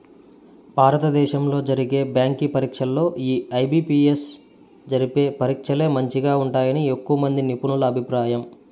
భారత దేశంలో జరిగే బ్యాంకి పరీచ్చల్లో ఈ ఐ.బి.పి.ఎస్ జరిపే పరీచ్చలే మంచిగా ఉంటాయని ఎక్కువమంది నిపునుల అభిప్రాయం